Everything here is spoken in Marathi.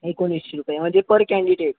एकोणीसशे रुपये म्हणजे पर कँडिडेट